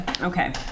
Okay